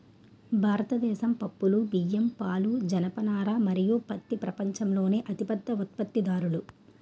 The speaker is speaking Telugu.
భారతదేశం పప్పులు, బియ్యం, పాలు, జనపనార మరియు పత్తి ప్రపంచంలోనే అతిపెద్ద ఉత్పత్తిదారులు